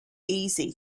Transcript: easy